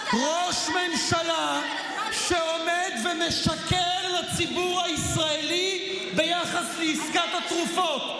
ראש ממשלה שעומד ומשקר לציבור הישראלי ביחס לעסקת התרופות,